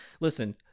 Listen